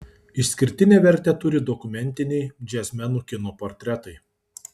išskirtinę vertę turi dokumentiniai džiazmenų kino portretai